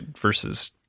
versus